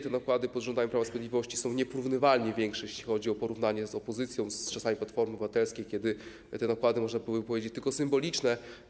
Te nakłady pod rządami Prawa i Sprawiedliwości są nieporównywalnie większe, jeśli chodzi o porównanie z opozycją, z czasami Platformy Obywatelskiej, kiedy te nakłady były, można powiedzieć, tylko symboliczne.